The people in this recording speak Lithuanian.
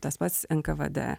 tas pats nkvd